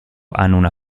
hanno